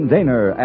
Daner